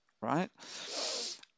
right